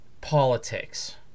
politics